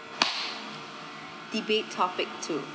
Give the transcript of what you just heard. debate topic two